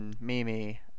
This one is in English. Mimi